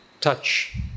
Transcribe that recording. touch